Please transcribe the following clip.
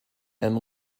and